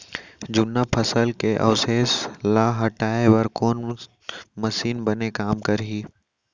जुन्ना फसल के अवशेष ला हटाए बर कोन मशीन बने काम करही?